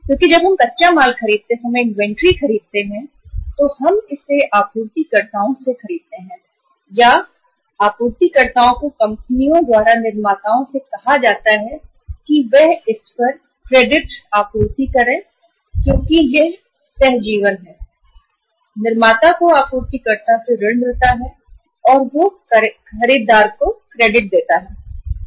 क्योंकि जब हम आपूर्तिकर्ताओं से कच्चे माल की इन्वेंट्री खरीदते हैं तब इन आपूर्तिकर्ताओं को कंपनियों या माताओं द्वारा यह माल उधार पर देने के लिए कहा जाता है जो कि दोनों पक्षों के लिए लाभकारी हैनिर्माता को आपूर्तिकर्ता से ऋण मिलता है और वह खरीदार को उधार देता है